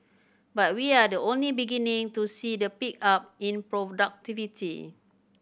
but we are the only beginning to see the pickup in productivity